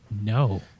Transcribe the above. No